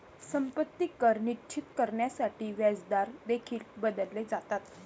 संपत्ती कर निश्चित करण्यासाठी व्याजदर देखील बदलले जातात